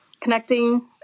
connecting